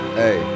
hey